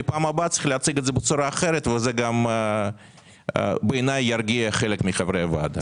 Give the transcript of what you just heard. לפעם הבאה צריך להציג את זה בצורה אחרת וזה גם ירגיע חלק מחברי הוועדה.